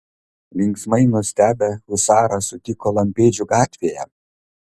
linksmai nustebę husarą sutiko lampėdžių gatvėje